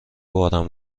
بارم